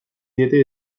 diete